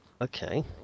Okay